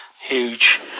huge